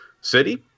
City